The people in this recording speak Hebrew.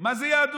מה זאת יהדות.